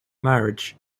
marriage